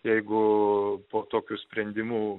jeigu po tokių sprendimų